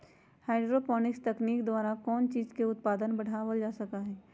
hydroponics तकनीक द्वारा कौन चीज के उत्पादन बढ़ावल जा सका हई